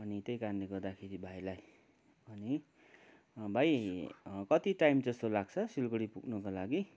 अनि त्यही कारणले गर्दाखेरि भाइलाई अनि भाइ कति टाइम जस्तो लाग्छ सिलगढी पुग्नुको लागि